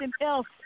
else